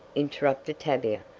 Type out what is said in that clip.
interrupted tavia.